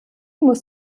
muss